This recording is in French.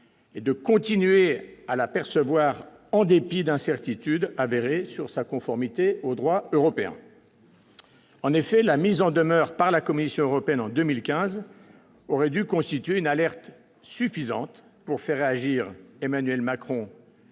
est de continuer à l'apercevoir en dépit d'incertitudes adhérer sur sa conformité au droit européen. En effet, la mise en demeure par la Commission européenne en 2015 aurait dû constituer une alerte suffisante pour faire réagir Emmanuel Macron.